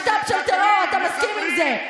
משת"פ של טרור, אתה מסכים עם זה.